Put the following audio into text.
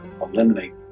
eliminate